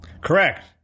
Correct